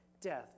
death